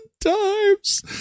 times